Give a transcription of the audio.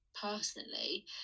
personally